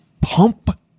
pump